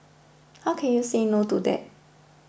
how can you say no to that